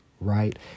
right